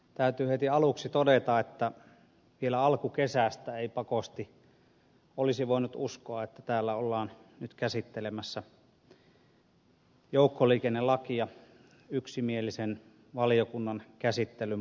täytyy heti aluksi todeta että vielä alkukesästä ei pakosti olisi voinut uskoa että täällä ollaan nyt käsittelemässä joukkoliikennelakia yksimielisen valiokunnan käsittelyn pohjalta